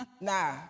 nah